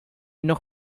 noch